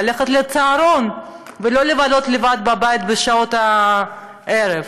ללכת לצהרון ולא לבלות לבד בבית בשעות הערב.